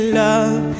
love